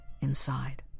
inside